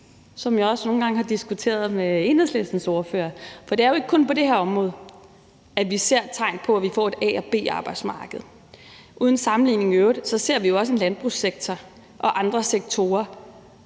som jeg nogle gange har diskuteret med Enhedslistens ordfører, og det handler om, at det jo ikke kun er på det her område, at vi ser tegn på, at vi får et A- og et B-arbejdsmarked. Uden sammenligning i øvrigt ser vi jo også en landbrugssektor og andre sektorer,